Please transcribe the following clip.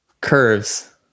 curves